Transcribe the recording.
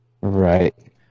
Right